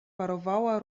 parowała